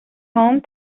home